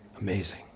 Amazing